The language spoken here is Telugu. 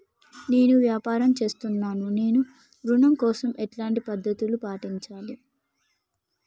నేను వ్యాపారం చేస్తున్నాను నేను ఋణం కోసం ఎలాంటి పద్దతులు పాటించాలి?